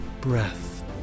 breath